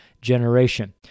generation